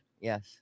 Yes